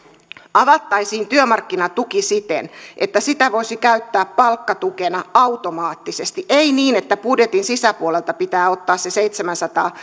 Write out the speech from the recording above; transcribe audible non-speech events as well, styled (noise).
avattaisiin työmarkkinatuki siten että sitä voisi käyttää palkkatukena automaattisesti ei niin että budjetin sisäpuolelta pitää ottaa se seitsemänsataa (unintelligible)